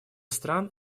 стран